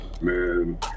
man